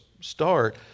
start